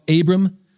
Abram